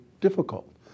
difficult